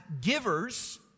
givers